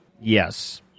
yes